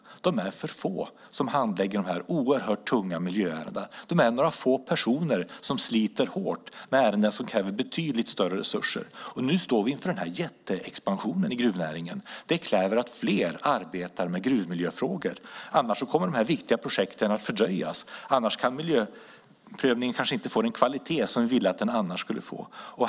De är för få som handlägger de här oerhört tunga miljöärendena. Det är några få personer som sliter hårt med ärenden som kräver betydligt större resurser. Nu står vi inför den här jätteexpansionen i gruvnäringen. Det kräver att fler arbetar med gruvmiljöfrågor, annars kommer de här viktiga projekten att fördröjas. Annars kanske miljöprövningen inte får den kvalitet som vi ville att den annars skulle få.